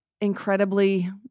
incredibly